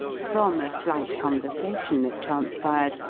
from a slight conversation that transpired,